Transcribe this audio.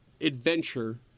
adventure